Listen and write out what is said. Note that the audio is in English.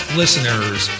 listeners